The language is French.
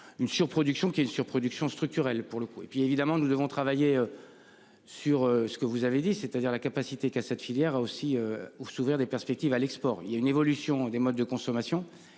Une surproduction qui est surproduction structurelle, pour le coup, et puis évidemment, nous devons travailler. Sur ce que vous avez dit, c'est-à-dire la capacité qu'à cette filière a aussi ou s'ouvrir des perspectives à l'export. Il y a une évolution des modes de consommation